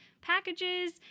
packages